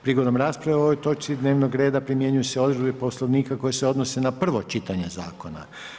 Prigodom rasprave o ovoj točci dnevnog reda primjenjuju se odredbe Poslovnika koje se odnose na prvo čitanje zakona.